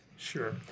Sure